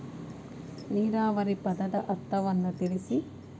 ನೀರಾವರಿ ಪದದ ಅರ್ಥವನ್ನು ತಿಳಿಸಿ?